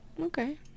Okay